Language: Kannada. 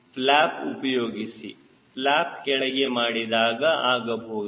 ಫ್ಲ್ಯಾಪ್ ಉಪಯೋಗಿಸಿ ಫ್ಲ್ಯಾಪ್ ಕೆಳಗೆ ಮಾಡಿದರೆ ಆಗಬಹುದು